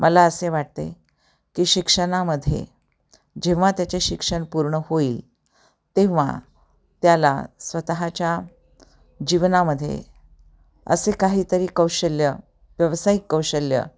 मला असे वाटते की शिक्षणामध्ये जेव्हा त्याचे शिक्षण पूर्ण होईल तेव्हा त्याला स्वतःच्या जीवनामध्ये असे काहीतरी कौशल्य व्यवसायिक कौशल्य